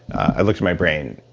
i looked at my brain.